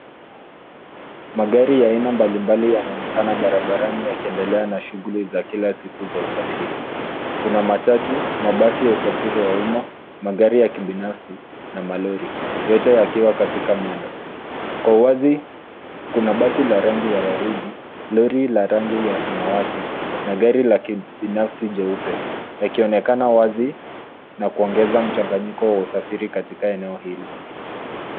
Magari ya aina mbali mbali yanaonekana barabarani yakiendelea na shughuli za kila siku za usafiri. Kuna matatu, mabasi ya usafiri wa umma, magari ya kibinafsi na malori, yote yakiwa katika mwendo. Kwa uwazi, kuna basi la rangi ya waridi, lori la rangi ya samawati na gari la kibinafsi jeupe yakionekana wazi na kuongeza mchanganyiko wa usafiri katika eneo hili.